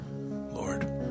Lord